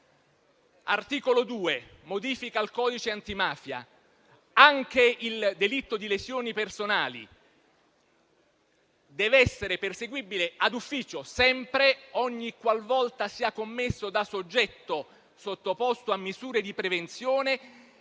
Articolo 2, modifica al codice antimafia: anche il delitto di lesioni personali deve essere sempre perseguibile d'ufficio ogni qualvolta sia commesso da soggetto sottoposto a misure di prevenzione